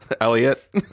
Elliot